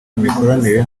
imikoranire